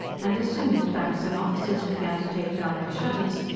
and as soon as banks and offices began to take down their shutters,